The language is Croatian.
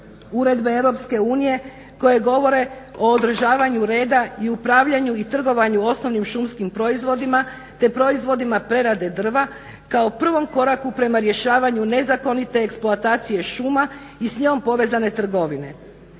uredbe EU koje govore o održavanju reda i upravljanju i trgovanju osnovnim šumskim proizvodima, te proizvodima prerade drva kao prvom koraku prema rješavanju nezakonite eksploatacije šuma i s njom povezane trgovine.